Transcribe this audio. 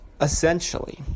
Essentially